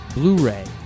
Blu-ray